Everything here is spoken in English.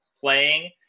playing